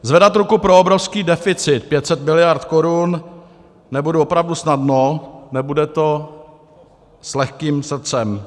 Zvedat ruku pro obrovský deficit 500 miliard korun nebudu opravdu snadno, nebude to s lehkým srdcem.